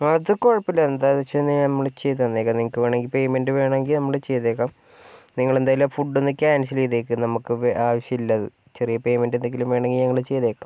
അത് കുഴപ്പമില്ല എന്താണെന്ന് വെച്ചാൽ ഞാൻ നമ്മൾ ചെയ്തു തന്നേക്കാം നിങ്ങൾക്ക് വേണമെങ്കിൽ പേയ്മെൻറ്റ് വേണമെങ്കിൽ നമ്മൾ ചെയ്തേക്കാം നിങ്ങൾ എന്തായാലും ഫുഡ് ഒന്ന് ക്യാൻസൽ ചെയ്തേക്ക് നമുക്ക് ആവശ്യമില്ല അത് ചെറിയ പേയ്മെൻറ്റ് എന്തെങ്കിലും വേണമെങ്കിൽ നമ്മൾ ചെയ്തേക്കാം